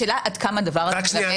השאלה עד כמה הדבר הזה קורה.